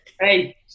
Hey